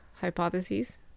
hypotheses